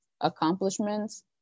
accomplishments